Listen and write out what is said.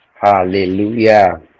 Hallelujah